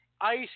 ice